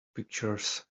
pictures